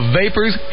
vapors